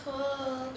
oh